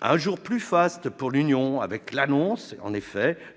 un jour plus faste pour l'Union avec l'annonce